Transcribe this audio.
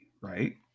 right